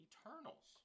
Eternals